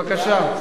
בבקשה.